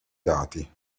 dati